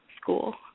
school